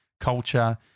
culture